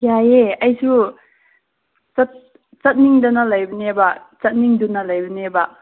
ꯌꯥꯏꯑꯦ ꯑꯩꯁꯨ ꯆꯠ ꯆꯠꯅꯤꯡꯗꯅ ꯂꯩꯕꯅꯦꯕ ꯆꯠꯅꯤꯡꯗꯨꯅ ꯂꯩꯕꯅꯦꯕ